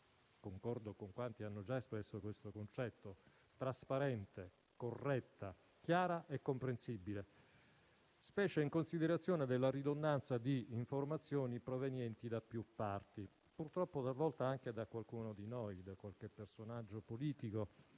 concordo con quanti hanno già espresso questo concetto - trasparenti, corretti, chiari e comprensibili. Ciò specie in considerazione della ridondanza di informazioni provenienti da più parti, purtroppo talvolta anche da qualcuno di noi, da qualche personaggio politico